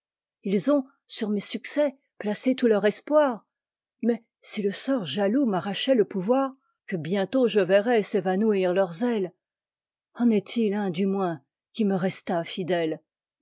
ils ont sur mes succès placé tout leur espoir mais si le sort jaloux m'arrachait le pouvoir que bientôt je verrais s'évanouir leur tèie en est-il un du moins qui me restât fidèle